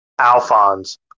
Alphonse